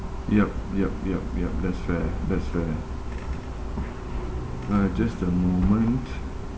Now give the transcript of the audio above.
yup yup yup yup that's fair that's fair uh just a moment